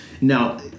Now